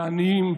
על העניים.